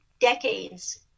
decades